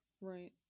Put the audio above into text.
Right